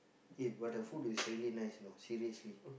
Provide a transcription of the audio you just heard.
eh but the food is really nice you know seriously